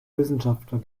wissenschaftler